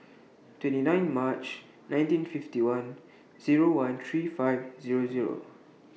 twenty nine March nineteen fifty one Zero one thirty five Zero Zero